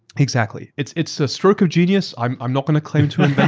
exactly. it's it's a stroke of genius. i'm i'm not going to claim to invent